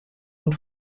und